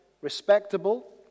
respectable